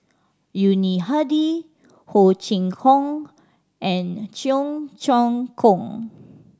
Yuni Hadi Ho Chee Kong and Cheong Choong Kong